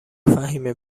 فهیمه